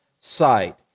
sight